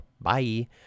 Bye